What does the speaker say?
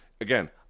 again